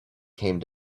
came